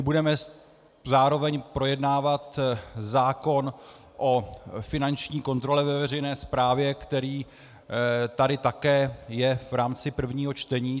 Budeme zároveň projednávat zákon o finanční kontrole ve veřejné správě, který je tady také v rámci prvního čtení.